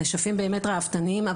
הנשפים באמת ראוותניים,